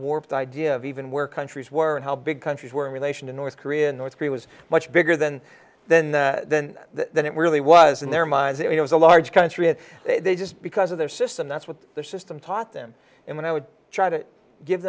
warped idea of even where countries were and how big countries were relation to north korea and north korea was much bigger than then than it really was in their minds it was a large country and they just because of their system that's what their system taught them and what i would try to give